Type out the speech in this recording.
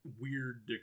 weird